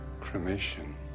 cremation